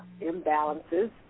imbalances